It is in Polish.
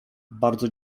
bardzo